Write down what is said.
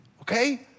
okay